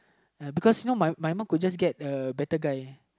uh because you know my my mum could just get a better guy